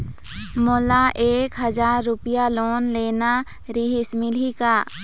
मोला एक हजार रुपया लोन लेना रीहिस, मिलही का?